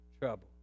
trouble